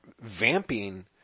vamping